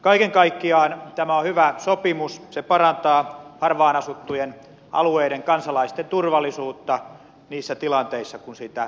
kaiken kaikkiaan tämä on hyvä sopimus se parantaa harvaan asuttujen alueiden kansalaisten turvallisuutta niissä tilanteissa kun sitä turvaa tarvitaan